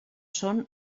són